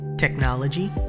technology